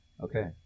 Okay